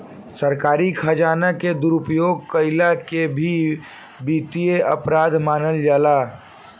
सरकारी खजाना के दुरुपयोग कईला के भी वित्तीय अपराध मानल जाला